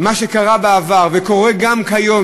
מה שקרה בעבר וקורה גם היום,